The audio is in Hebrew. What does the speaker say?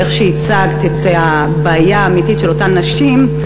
ואיך שהצגת את הבעיה האמיתית של אותן נשים,